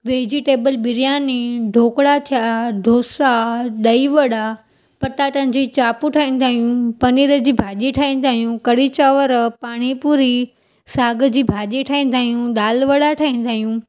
vegetable biryani dhokla थिया डोसा ॾही वड़ा पटाटनि जी चापूं ठाहींदा आहियूं पनीर जी भाॼी ठाहींदा आहियूं कढ़ी चांवर पाणी पूरी साग जी भाॼी ठाहींदा आहियूं दाल वड़ा ठाहींदा आहियूं